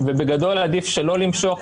ובגדול עדיף שלא למשוך.